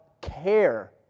care